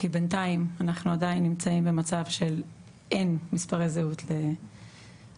כי בינתיים אנחנו עדיין נמצאים במצב שאין מספרי זהות לתושבים.